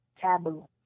taboo